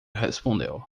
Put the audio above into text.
respondeu